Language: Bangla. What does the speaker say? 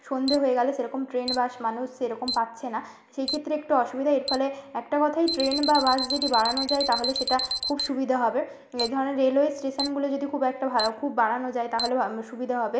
সন্ধে হয়ে গেলে সেরকম ট্রেন বাস মানুষ সেরকম পাচ্ছে না সেই ক্ষেত্রে একটু অসুবিধা এর ফলে একটা কথাই ট্রেন বা বাস যদি বাড়ানো যায় তাহলে সেটা খুব সুবিধে হবে এধরনের রেলওয়ে স্টেশনগুলো যদি খুব একটা খুব বাড়ানো যায় তাহলে সুবিধে হবে